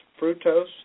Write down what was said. fructose